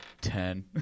Ten